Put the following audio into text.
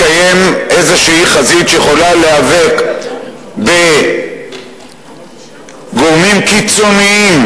לקיים איזו חזית שיכולה להיאבק בגורמים קיצוניים,